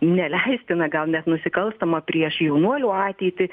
neleistina gal net nusikalstama prieš jaunuolių ateitį